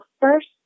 first